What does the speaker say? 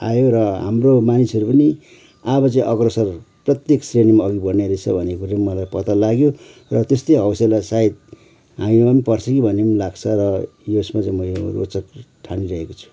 आयो र हाम्रो मानिसहरू पनि अब चाहिँ अग्रसर प्रत्येक श्रेणीमा अघि बढ्ने रहेछ भन्ने पनि मलाई पत्तो लाग्यो र त्यस्तै हौसला सायद हामीमा पनि पर्छ कि भन्ने पनि लाग्छ र यसमा चाहिँ मलाई रोचक ठानिरहेको छु